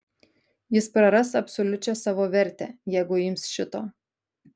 jis praras absoliučią savo vertę jeigu ims šito